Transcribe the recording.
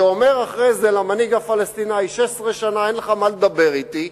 שאומר למנהיג הפלסטיני: 16 שנה אין לך מה לדבר אתי,